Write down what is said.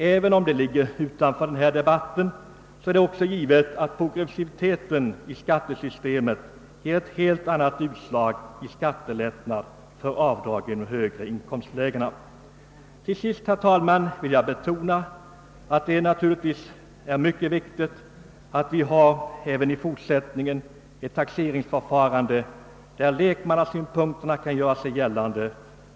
Även om det ligger utanför denna debatt vill jag påpeka att progressiviteten i skattesystemet gör att det blir ett helt annat utslag i skattelättnad för avdrag inom de högre inkomstlägena. Till sist vill jag betona att det naturligtvis är mycket viktigt att vi även i fortsättningen har ett taxeringsförfarande där lekmannasynpunkten kan göra sig gällande.